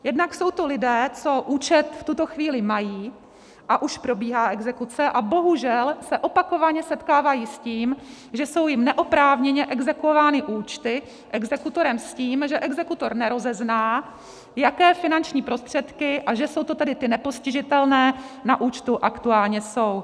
Jednak jsou to lidé, co účet v tuto chvíli mají, a už probíhá exekuce, a bohužel se opakovaně setkávají s tím, že jsou jim neoprávněně exekuovány účty exekutorem s tím, že exekutor nerozezná, jaké finanční prostředky, a že jsou to tedy ty nepostižitelné, na účtu aktuálně jsou.